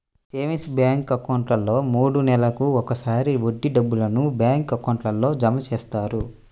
savings bank అకౌంట్లో మూడు నెలలకు ఒకసారి వడ్డీ డబ్బులను బ్యాంక్ అకౌంట్లో జమ చేస్తారు